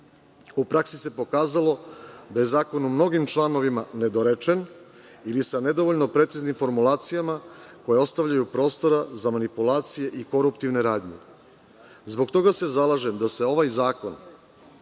u praksi se pokazalo da je zakon u mnogim članovima nedorečen ili sa nedovoljno preciznim formulacijama koje ostavljaju prostora za manipulacije i koruptivne radnje. Zbog toga se zalažem da se ovaj zakon